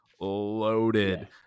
loaded